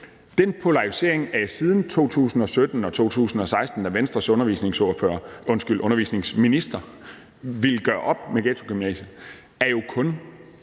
Den polarisering er siden 2016 og 2017, da Venstres undervisningsminister ville gøre op med ghettogymnasiet, er jo kun